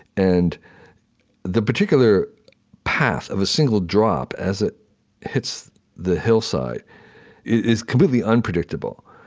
and the particular path of a single drop as it hits the hillside is completely unpredictable.